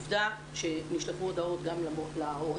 עובדה שנשלחו הודעות גם להורים,